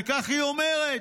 וכך היא אומרת: